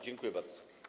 Dziękuję bardzo.